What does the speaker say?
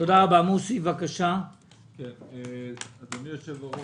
אדוני היושב-ראש,